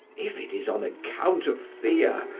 if it is on account of fear,